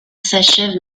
s’achève